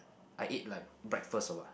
I ate like breakfast a lot